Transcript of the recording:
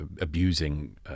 abusing